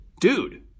dude